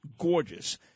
gorgeous